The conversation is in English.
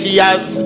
years